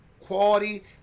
quality